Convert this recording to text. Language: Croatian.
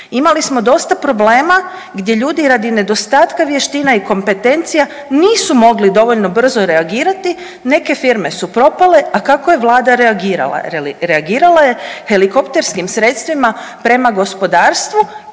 Imali smo dosta problema gdje ljudi radi nedostatka vještina i kompetencija nisu mogli dovoljno brzo reagirati, neke firme su propale, a kako je vlada reagirala, reagirala je helikopterskim sredstvima prema gospodarstvu